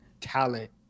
talent